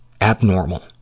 abnormal